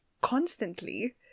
constantly